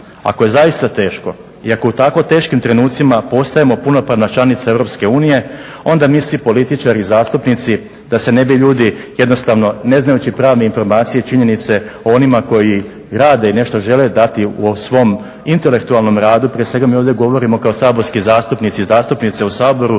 Ako je zaista teško i ako u tako teškim trenucima postajemo punopravna članica Europske unije onda mi svi političari i zastupnici da se ne bi ljudi jednostavno ne znajući prave informacije i činjenice o onima koji rade i nešto žele dati u svom intelektualnom radu, prije svega mi ovdje govorimo kao saborski zastupnici i zastupnice u Saboru,